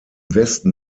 westen